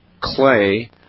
clay